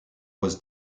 was